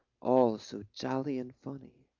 all so jolly and funny.